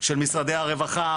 של משרדי הרווחה,